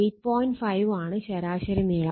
5 ആണ് ശരാശരി നീളം